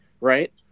right